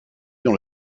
dans